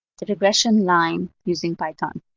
the regression line using python.